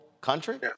country